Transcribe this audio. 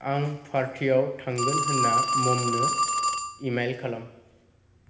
आं पार्टिआव थांगोन होन्ना ममनो इमेल खालाम